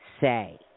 say